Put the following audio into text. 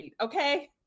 okay